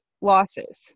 losses